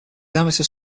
amateur